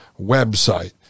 website